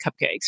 cupcakes